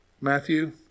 Matthew